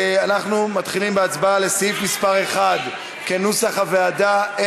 אנחנו מתחילים בהצבעה על סעיף מס' 1 כנוסח הוועדה.